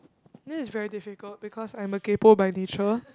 this is very difficult because I'm a kaypo by nature